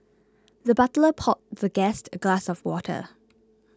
the butler poured the guest a glass of water